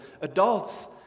adults